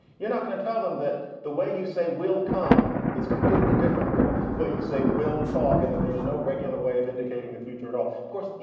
you're not going to tell them that the way you say will come is completely different from what you say will talk and that there's no regular way of indicating the future at all. of course,